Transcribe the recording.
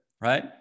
right